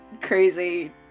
crazy